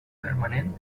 permanent